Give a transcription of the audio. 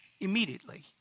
Immediately